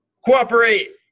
Cooperate